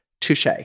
Touche